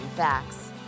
facts